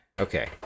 okay